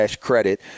credit